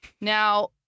Now